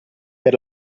per